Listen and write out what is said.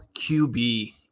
QB